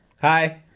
Hi